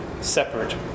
separate